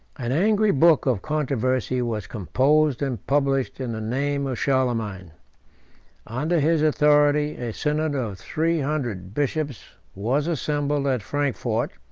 an angry book of controversy was composed and published in the name of charlemagne under his authority a synod of three hundred bishops was assembled at frankfort